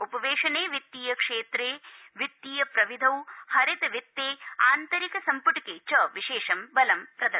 उपवेशने वित्तीय क्षेत्र वित्तीय प्रविधौ हरित वित्ते अन्तरिक सम्पुटके च विशेषं बलं प्रदत्तम्